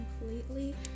completely